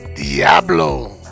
Diablo